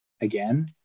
Again